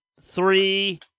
three